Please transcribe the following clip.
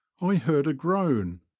i heard a groan,